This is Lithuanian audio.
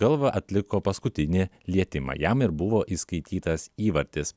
galva atliko paskutinį lietimą jam ir buvo įskaitytas įvartis